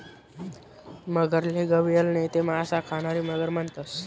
मगरले गविअल नैते मासा खानारी मगर म्हणतंस